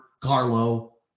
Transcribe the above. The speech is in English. Carlo